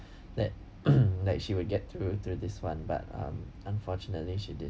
that like she would get through to this one but um unfortunately she didn't